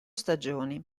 stagioni